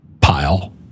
pile